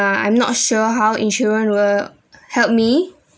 uh t I'm not sure how insurance will help me